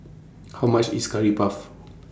How much IS Curry Puff